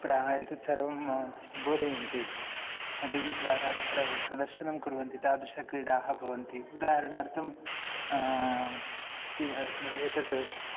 प्रायः एतत् सर्वं बोधयन्ति टी वी द्वारा तत्र प्रदर्शनं कुर्वन्ति तादृशक्रीडाः भवन्ति उदाहरणार्थं किं एतत्